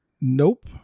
Nope